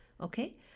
Okay